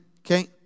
okay